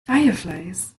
fireflies